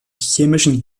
chemischen